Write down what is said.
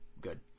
good